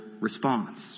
response